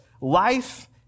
Life